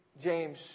James